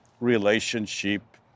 relationship